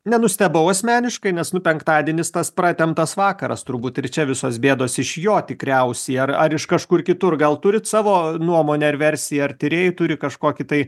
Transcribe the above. nenustebau asmeniškai nes nu penktadienis tas pratemptas vakaras turbūt ir čia visos bėdos iš jo tikriausiai ar ar iš kažkur kitur gal turit savo nuomonę ar versiją ar tyrėjai turi kažkokį tai